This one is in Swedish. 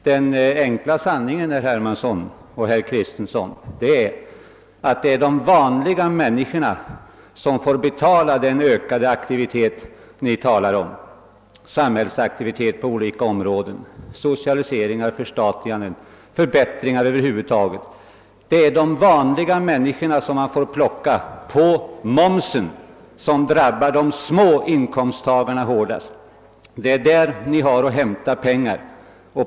Den enkla sanningen, herr Hermansson och herr Kristenson, är att de vanliga människorna får betala den ökade samhällsaktivitet på alla områden som ni önskar — socialiseringar, förstatliganden och förbättringar över huvud taget. Det är de vanliga människorna man får plocka på momsen — denna drabbar de små inkomsttagarna hårdast. Det är där ni har att hämta pengarna.